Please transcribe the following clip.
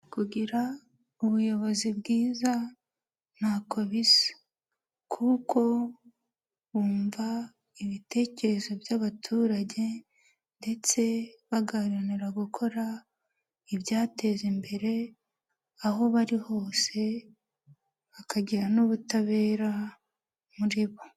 Kugira ubuyobozi bwiza ntako bisa kuko bumva ibitekerezo by'abaturage ndetse bagaharanira gukora ibyateza imbere, aho bari hose bakagira n'ubutabera muri bo.